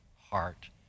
heart